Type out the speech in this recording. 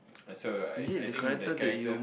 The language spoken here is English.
and so right I think that character